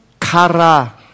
kara